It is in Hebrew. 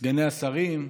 סגני השרים,